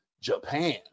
Japan